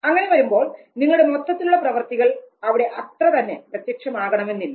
അങ്ങനെ വരുമ്പോൾ നിങ്ങളുടെ മൊത്തത്തിലുള്ള പ്രവർത്തികൾ അവിടെ അത്രതന്നെ പ്രത്യക്ഷമാകണമെന്നില്ല